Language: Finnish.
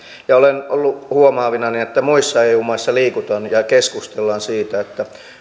ja olen ollut huomaavinani että muissa eu maissa keskustellaan siitä